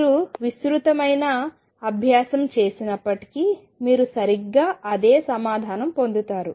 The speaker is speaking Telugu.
మీరు విస్తృతమైన అభ్యాసం చేసినప్పటికీ మీరు సరిగ్గా అదే సమాధానం పొందుతారు